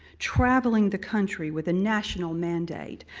traveling the country with a national mandate.